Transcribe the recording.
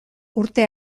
urte